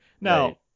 Now